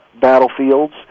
battlefields